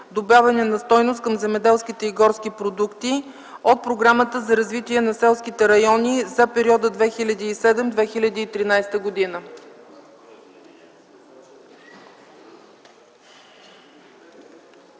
„Добавяне на стойност към земеделските и горски продукти” от Програмата за развитие на селските райони за периода 2007-2013 г.